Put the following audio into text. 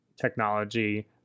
technology